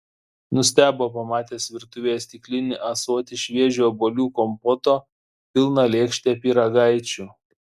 nustebo pamatęs virtuvėje stiklinį ąsotį šviežio obuolių kompoto pilną lėkštę pyragaičių